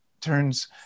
turns